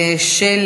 של